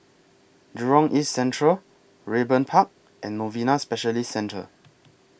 Jurong East Central Raeburn Park and Novena Specialist Centre